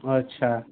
અચ્છા